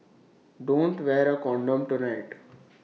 don't wear A condom tonight